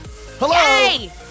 Hello